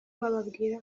bababwira